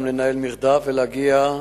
גם לנהל מרדף ולהגיע,